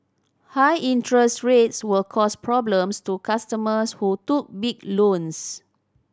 high interest rates will cause problems to customers who took big loans